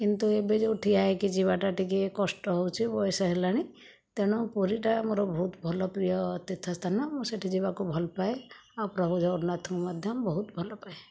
କିନ୍ତୁ ଏବେ ଯେଉଁ ଠିଆ ହୋଇକି ଯିବାଟା ଟିକିଏ କଷ୍ଟ ହେଉଛି ବୟସ ହେଲାଣି ତେଣୁ ପୁରୀଟା ମୋର ବହୁତ ଭଲ ପ୍ରିୟ ତୀର୍ଥସ୍ଥାନ ମୁଁ ସେଠି ଯିବାକୁ ଭଲପାଏ ଆଉ ପ୍ରଭୁ ଜଗନ୍ନାଥଙ୍କୁ ମଧ୍ୟ ବହୁତ ଭଲପାଏ